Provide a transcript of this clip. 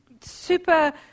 super